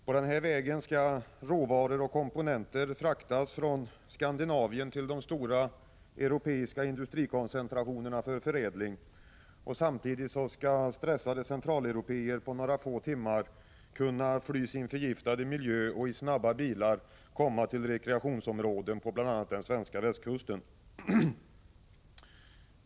På denna väg skall råvaror och komponenter fraktas från Skandinavien till de stora europeiska industrikoncentrationerna för förädling. Samtidigt skall stressade centraleuropéer på några få timmar kunna fly sin förgiftade miljö och i snabba bilar komma till rekreationsområden på bl.a. den svenska västkusten.